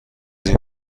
این